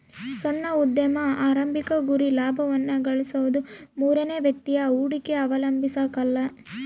ಸಣ್ಣ ಉದ್ಯಮಿಯ ಆರಂಭಿಕ ಗುರಿ ಲಾಭವನ್ನ ಗಳಿಸೋದು ಮೂರನೇ ವ್ಯಕ್ತಿಯ ಹೂಡಿಕೆ ಅವಲಂಬಿಸಕಲ್ಲ